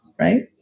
right